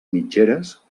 mitgeres